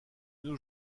nos